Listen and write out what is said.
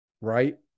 Right